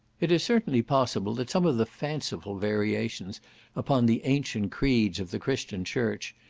it is certainly possible that some of the fanciful variations upon the ancient creeds of the christian church,